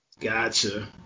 Gotcha